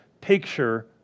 picture